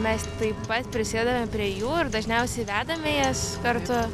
mes taip pat prisidedam prie jų ir dažniausiai vedame jas kartu